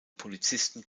polizisten